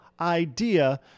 idea